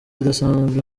idasanzwe